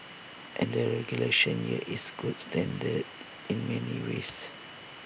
and the regulation here is gold standard in many ways